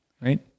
Right